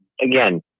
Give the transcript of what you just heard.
Again